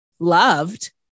Loved